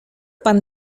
pan